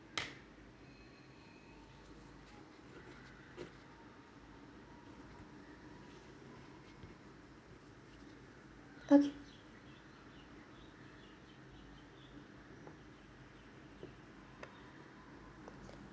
okay